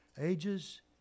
ages